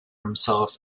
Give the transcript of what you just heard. himself